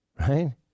right